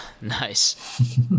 Nice